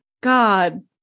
God